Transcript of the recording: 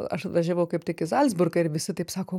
aš atvažiavau kaip tik į zalcburgą ir visi taip sako